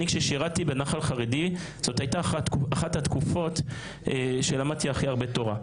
כשאני שירתי בנח"ל חרדי זאת הייתה אחת התקופות שלמדתי הכי הרבה תורה.